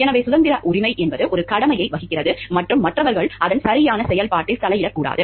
எனவே சுதந்திர உரிமை என்பது ஒரு கடமையை வைக்கிறது மற்றும் மற்றவர்கள் அதன் சரியான செயல்பாட்டில் தலையிடக்கூடாது